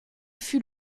fut